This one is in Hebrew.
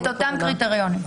את אותם קריטריונים.